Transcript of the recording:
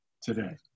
today